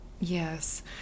Yes